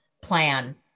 plan